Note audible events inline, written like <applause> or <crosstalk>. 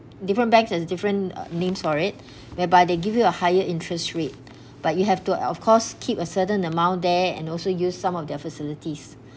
different banks has different uh names for it <breath> whereby they give you a higher interest rate but you have to uh of course keep a certain amount there and also use some of their facilities